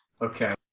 Okay